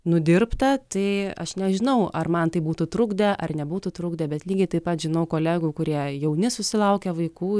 nudirbta tai aš nežinau ar man tai būtų trukdę ar nebūtų trukdę bet lygiai taip pat žinau kolegų kurie jauni susilaukia vaikų